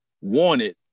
wanted